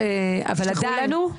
תשלחו לנו?